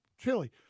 chili